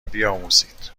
بیاموزید